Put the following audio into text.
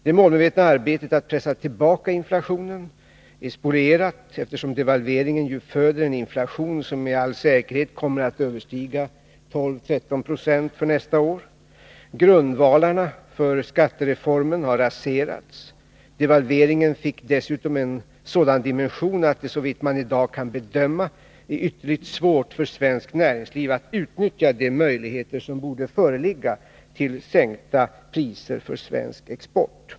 Det målmedvetna arbetet att pressa tillbaka inflationen är spolierat, eftersom devalveringen ju föder en inflation som med all säkerhet kommer att överstiga 12 — 13 96 för nästa år. Grundvalarna för skattereformen har raserats. Devalveringen fick dessutom en sådan dimension att det, såvitt man i dag kan bedöma, är ytterligt svårt för svenskt näringsliv att utnyttja de möjligheter som borde föreligga till sänkta priser för svensk export.